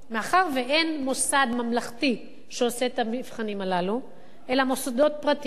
מאחר שאין מוסד ממלכתי שעושה את המבחנים הללו אלא מוסדות פרטיים,